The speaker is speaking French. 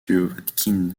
watkins